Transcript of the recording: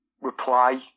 reply